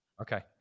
Okay